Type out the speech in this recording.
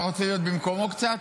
אתה רוצה להיות במקומו קצת?